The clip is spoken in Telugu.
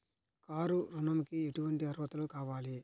కారు ఋణంకి ఎటువంటి అర్హతలు కావాలి?